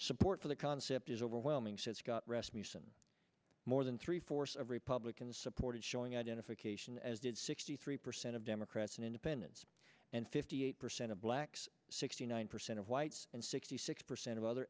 support for the concept is overwhelming said scott rasmussen more than three fourths of republicans supported showing identification as did sixty three percent of democrats and independents and fifty eight percent of blacks sixty nine percent of whites and sixty six percent of other